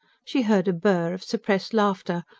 she heard a burr of suppressed laughter,